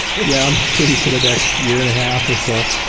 yeah, i'm free for the next year and a half or so.